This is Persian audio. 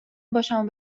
باشم